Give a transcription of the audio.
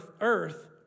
earth